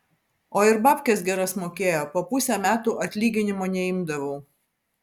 o ir babkes geras mokėjo po pusę metų atlyginimo neimdavau